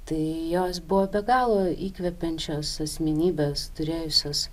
tai jos buvo be galo įkvepiančios asmenybės turėjusios